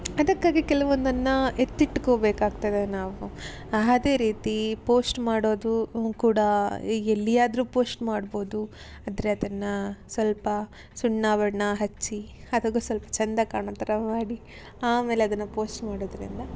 ಅದಕ್ಕಾಗಿ ಕೆಲವೊಂದನ್ನು ಎತ್ತಿಟ್ಕೋಬೇಕಾಗ್ತದೆ ನಾವು ಅದೇ ರೀತಿ ಪೋಸ್ಟ್ ಮಾಡೋದು ಕೂಡ ಎಲ್ಲಿಯಾದರು ಪೋಸ್ಟ್ ಮಾಡ್ಬೋದು ಆದರೆ ಅದನ್ನು ಸ್ವಲ್ಪ ಸುಣ್ಣಬಣ್ಣ ಹಚ್ಚಿ ಅದಕ್ಕೂ ಸ್ವಲ್ಪ ಚೆಂದ ಕಾಣೋಥರ ಮಾಡಿ ಆಮೇಲೆ ಅದನ್ನು ಪೋಸ್ಟ್ ಮಾಡೋದರಿಂದ